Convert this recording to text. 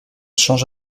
change